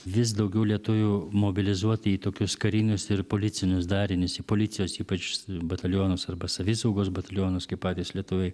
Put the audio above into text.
vis daugiau lietuvių mobilizuoti į tokius karinius ir policinius darinius į policijos ypač batalionus arba savisaugos batalionus kaip patys lietuviai